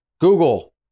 Google